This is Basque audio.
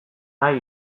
nahi